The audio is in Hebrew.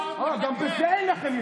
עד כמה עבדתם עליהם 12 שנה.